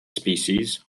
species